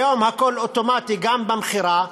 היום הכול אוטומטי, גם במכירה.